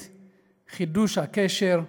חידוש הברית, חידוש הקשר,